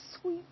sweet